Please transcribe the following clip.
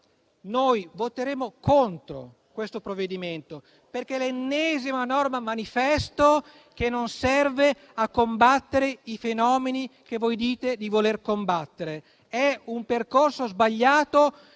provvedimento al nostro esame perché è l'ennesima norma manifesto che non serve a combattere i fenomeni che voi dite di voler combattere. È un percorso sbagliato